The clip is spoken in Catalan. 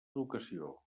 educació